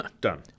Done